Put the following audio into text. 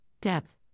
depth